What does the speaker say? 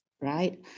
right